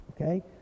Okay